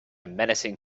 menacing